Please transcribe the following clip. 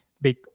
big